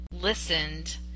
listened